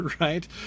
right